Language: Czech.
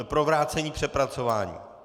Pro vrácení k přepracování.